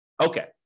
Okay